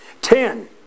Ten